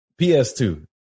PS2